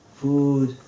food